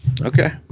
Okay